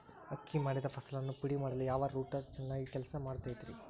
ಅಕ್ಕಿ ಮಾಡಿದ ಫಸಲನ್ನು ಪುಡಿಮಾಡಲು ಯಾವ ರೂಟರ್ ಚೆನ್ನಾಗಿ ಕೆಲಸ ಮಾಡತೈತ್ರಿ?